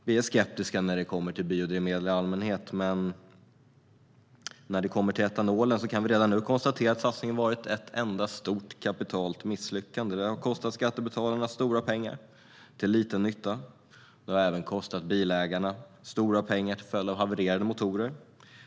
Vi är skeptiska till biobränslen i allmänhet, men när det kommer till etanolen kan vi redan nu konstatera att satsningen varit ett enda stort, kapitalt misslyckande. Det har kostat skattebetalarna stora pengar till liten nytta, men det har även kostat bilägarna stora pengar till följd av havererade motorer.